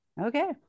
Okay